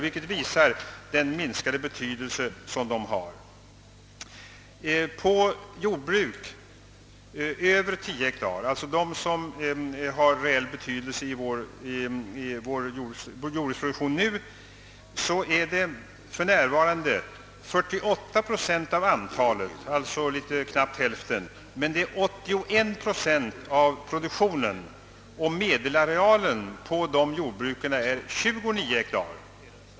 Detta visar den minskade betydelse dessa små jordbruk har fått. Jordbruken på över 10 hektar, d. v. s. sådana som har reell betydelse för vår nuvarande jordbruksproduktion, uppgår för närvarande till 48 procent av hela antalet, men de lämnar 81 procent av hela produktionen. Medelarealen för dessa jordbruk är 29 hektar.